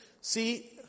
See